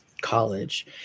college